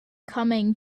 coming